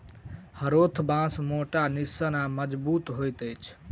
हरोथ बाँस मोट, निस्सन आ मजगुत होइत अछि